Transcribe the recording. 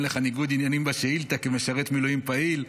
לך ניגוד עניינים בשאילתה כמשרת מילואים פעיל.